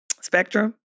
Spectrum